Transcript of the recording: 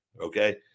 Okay